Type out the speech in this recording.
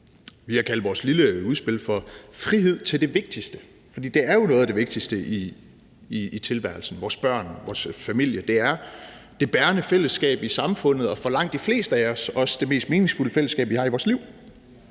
Vi har kaldt vores lille udspil for »Frihed til det vigtigste«, for det er jo noget af det vigtigste i tilværelsen. Vores børn, vores familie er det bærende fællesskab i samfundet og for langt de fleste af os også det mest meningsfulde fællesskab, vi har i vores liv.